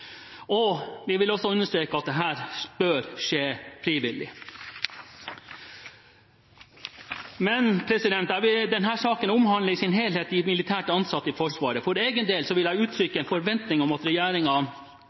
Vi vil også understreke at dette bør skje frivillig. Denne saken omhandler i sin helhet de militært ansatte i Forsvaret. For egen del vil jeg uttrykke en forventning om at